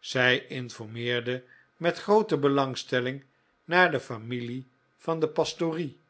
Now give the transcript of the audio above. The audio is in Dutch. zij informeerde met groote belangstelling naar de familie van de pastorie